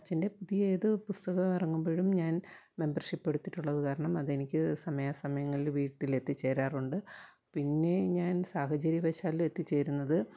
അച്ഛന്റെ പുതിയത് പുസ്തകം ഇറങ്ങുമ്പോഴും ഞാൻ മെമ്പർഷിപ്പെത്തിയിട്ടുള്ളത് കാരണം അതെനിക്ക് സമയാസമയങ്ങളിൽ വീട്ടിലെത്തിച്ചേരാറുണ്ട് പിന്നെ ഞാൻ സാഹചര്യവശാലെത്തിച്ചേരുന്നത്